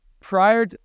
Prior